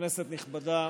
כנסת נכבדה,